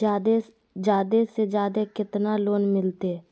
जादे से जादे कितना लोन मिलते?